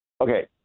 Okay